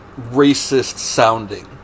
racist-sounding